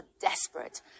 desperate